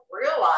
realize